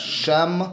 sham